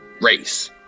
race